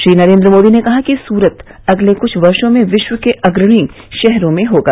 श्री नरेन्द्र मोदी ने कहा है कि सूरत अगले कुछ वर्षो में विश्व के अग्रणी शहरों में होगा